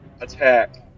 attack